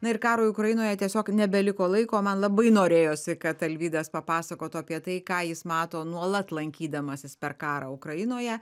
na ir karui ukrainoje tiesiog nebeliko laiko man labai norėjosi kad alvydas papasakotų apie tai ką jis mato nuolat lankydamasis per karą ukrainoje